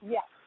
Yes